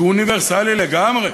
שהוא אוניברסלי לגמרי,